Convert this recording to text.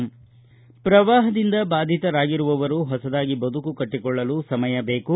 ಭೀಕರ ಪ್ರವಾಹದಿಂದ ಬಾಧಿತರಾಗಿರುವವರು ಹೊಸದಾಗಿ ಬದುಕು ಕಟ್ಟಿಕೊಳ್ಳಲು ಸಮಯ ಬೇಕು